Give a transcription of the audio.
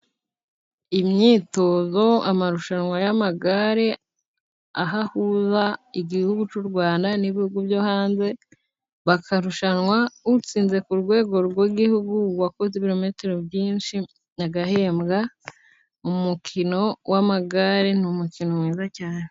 Imyitozo; amarushanwa y'amagare, aho ahuza igihugu cy'urwanda n'ibihugu byo hanze bakarushanwa, utsinze ku rwego rw'igihugu wakoze ibirometero byinshi agahembwa. Umukino w'amagare ni umukino mwiza cyane.